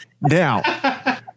Now